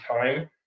time